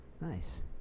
Nice